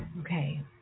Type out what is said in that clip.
Okay